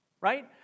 Right